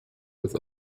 with